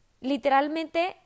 literalmente